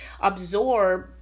absorb